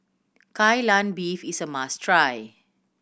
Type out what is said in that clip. Kai Lan Beef is a must try